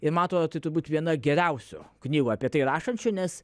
ir man atrodo tai turbūt viena geriausių knygų apie tai rašančių nes